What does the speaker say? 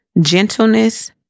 gentleness